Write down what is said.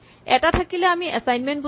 এটা থাকিলে আমি এচাইনমেন্ট বুজো